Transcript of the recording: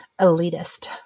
elitist